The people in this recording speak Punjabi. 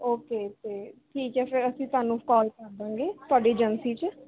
ਓਕੇ ਅਤੇ ਠੀਕ ਹੈ ਫੇਰ ਅਸੀਂ ਤੁਹਾਨੂੰ ਕਾਲ ਕਰ ਦਾਂਗੇ ਤੁਹਾਡੀ ਏਜੰਸੀ 'ਚ